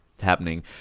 happening